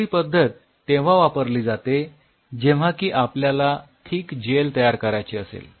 दुसरी पद्धत तेव्हा वापरली जाते जेव्हा की आपल्याला थीक जेल तयार करायचे असेल